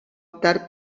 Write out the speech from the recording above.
optar